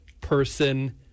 person